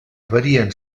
varien